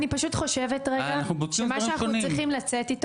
אני פשוט חושבת רגע שאנחנו צריכים לצאת,